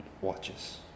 watches